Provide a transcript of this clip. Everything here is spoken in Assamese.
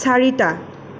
চাৰিটা